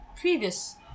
previous